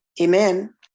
Amen